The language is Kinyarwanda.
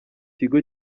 kigo